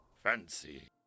Fancy